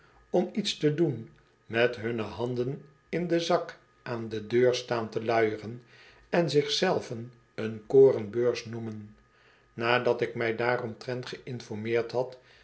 om iets te doen met hunne handen in den zak aan de deur staan te luieren en zich zelven een korenbeurs noemen nadat ik mij daaromtrent geïnformeerd had